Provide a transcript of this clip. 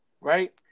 right